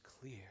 clear